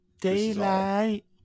Daylight